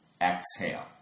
exhale